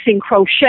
crochet